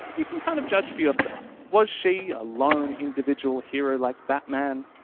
you can kind of judge for yourself was she a lone individual hero like batman?